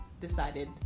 decided